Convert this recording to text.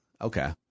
Okay